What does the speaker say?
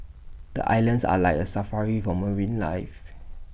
the islands are like A Safari for marine life